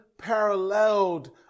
paralleled